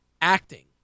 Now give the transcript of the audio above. acting